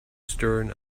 stern